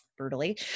Brutally